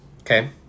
Okay